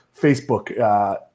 Facebook